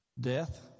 death